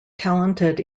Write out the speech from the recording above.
talented